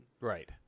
Right